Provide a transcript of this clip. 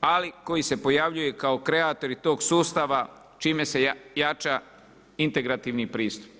ali koji se pojavljuje kao kreator i tog sustava čime se jača integrativni pristup.